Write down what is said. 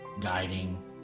guiding